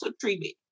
treatment